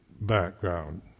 background